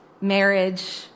marriage